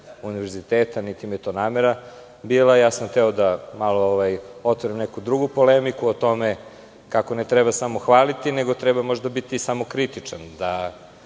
niti mi je to namera bila. Hteo sam da malo otvorim neku drugu polemiku o tome kako ne treba samo hvaliti, nego treba možda biti samokritičan.